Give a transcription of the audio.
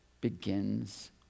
begins